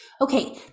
Okay